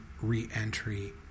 Reentry